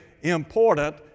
important